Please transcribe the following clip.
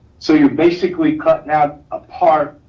so you're basically cutting out a part.